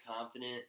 confident